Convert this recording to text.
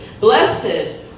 Blessed